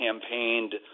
campaigned